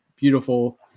Beautiful